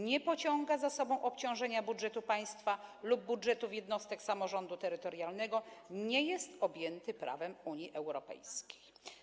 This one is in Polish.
Nie pociąga za sobą obciążenia budżetu państwa lub budżetów jednostek samorządu terytorialnego, nie jest objęty prawem Unii Europejskiej.